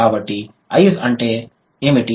కాబట్టి ఐజ్ అంటే ఏమిటి